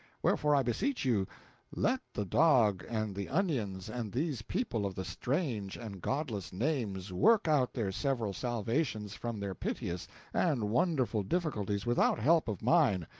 wherefore i beseech you let the dog and the onions and these people of the strange and godless names work out their several salvations from their piteous and wonderful difficulties without help of mine,